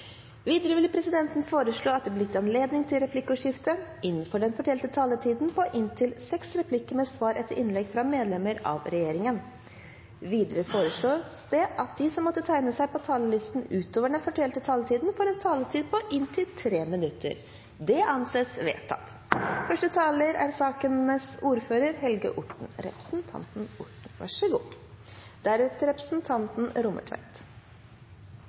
Videre vil presidenten foreslå at det blir gitt anledning til replikkordskifte på inntil seks replikker med svar etter innlegg fra medlemmer av regjeringen innenfor den fordelte taletid. Videre vil presidenten foreslå at de som måtte tegne seg på talerlisten utover den fordelte taletid, får en taletid på inntil 3 minutter. – Det anses vedtatt.